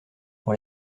pour